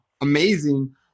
amazing